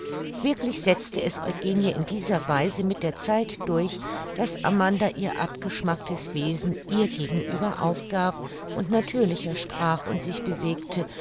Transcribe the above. wirklich setzte es eugenie in dieser weise mit der zeit durch daß amanda ihr abgeschmacktes wesen ihr gegenüber aufgab und natürlicher sprach und sich bewegte